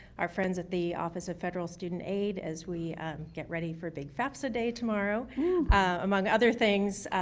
our friends at the office of federal student aid as we get ready for big fafsa day tomorrow among other things,